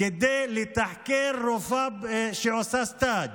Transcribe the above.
כדי לתחקר רופאה שעושה סטאז'